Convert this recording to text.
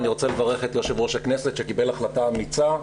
אני רוצה לברך את יושב-ראש הכנסת שקיבל החלטה אמיצה,